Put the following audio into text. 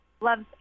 loves